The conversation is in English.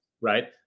right